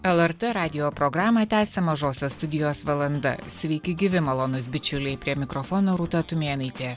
lrt radijo programą tęsia mažosios studijos valanda sveiki gyvi malonūs bičiuliai prie mikrofono rūta tumėnaitė